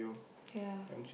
ya